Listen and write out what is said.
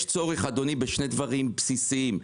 יש צורך, אדוני, בשני דברים בסיסיים: